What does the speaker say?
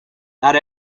not